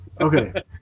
Okay